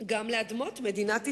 גם לאדמות מדינת ישראל.